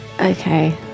Okay